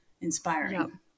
inspiring